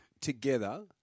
together